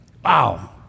Wow